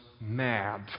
mad